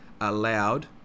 allowed